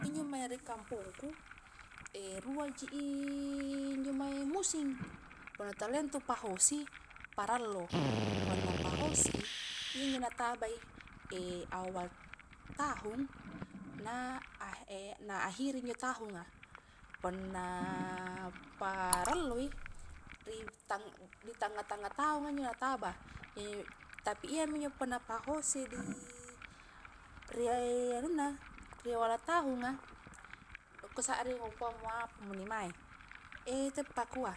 Injo mae ri kampongku, ruaji i njo mae musim, punna talia ntu pahosi, parallo, punna pahosi i, iyanjo natabai awal tahun nah ah ahiri injo tahunga, punna parallo i ri di tanga-tanga tahunga njo nataba, iya tapi iyami injo punna pahosi i di ri aunnam ri awala tahunga nu kusarring kukuamo apamo inne mae, te pakua